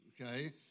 okay